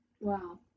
Wow